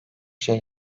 şey